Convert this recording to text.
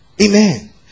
Amen